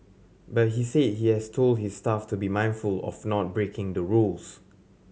but he said he has told his staff to be mindful of not breaking the rules